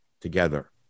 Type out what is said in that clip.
together